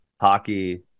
hockey